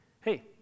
hey